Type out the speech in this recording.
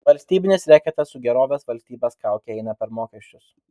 valstybinis reketas su gerovės valstybės kauke eina per mokesčius